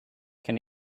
can